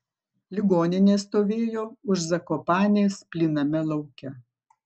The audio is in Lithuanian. ligoninė stovėjo už zakopanės plyname lauke